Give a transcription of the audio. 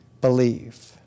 believe